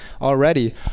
Already